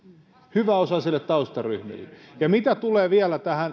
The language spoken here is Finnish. hyväosaisille taustaryhmille mitä tulee vielä tähän